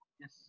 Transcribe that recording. Yes